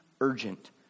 urgent